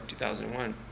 2001